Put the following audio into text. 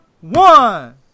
One